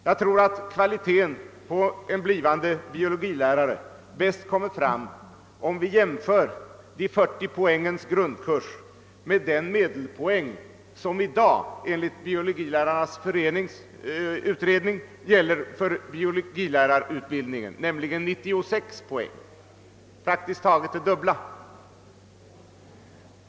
Jag tror att kvaliteten på en blivande biologilärare bäst kommer fram, om vi jämför de 40 poängens grundkurs med den medelpoäng som i dag enligt Biologilärarnas förening gäller för biologilärarutbildningen, nämligen 96 poäng, alltså mer än det dubbla.